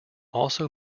also